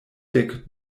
dek